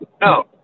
no